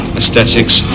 aesthetics